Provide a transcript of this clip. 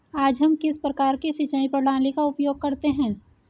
आज हम किस प्रकार की सिंचाई प्रणाली का उपयोग करते हैं?